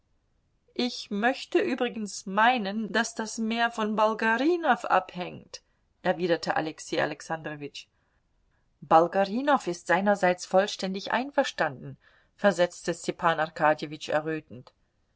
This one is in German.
ich möchte übrigens meinen daß das mehr von bolgarinow abhängt erwiderte alexei alexandrowitsch bolgarinow ist seinerseits vollständig einverstanden versetzte stepan arkadjewitsch errötend